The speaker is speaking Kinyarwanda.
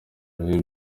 bihe